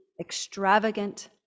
extravagant